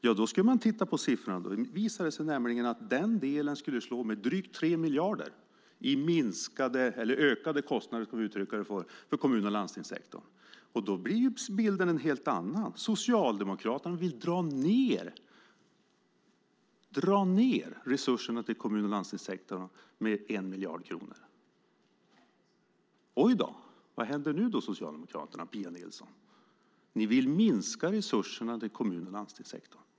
Ja, om vi tittar på siffrorna visar det sig att den delen skulle slå med drygt 3 miljarder i ökade kostnader för kommun och landstingssektorn. Då blir bilden en helt annan. Socialdemokraterna vill dra ned resurserna till kommun och landstingssektorn med 1 miljard kronor. Oj då! Vad hände nu, Socialdemokraterna och Pia Nilsson? Ni vill minska resurserna till kommun och landstingssektorn!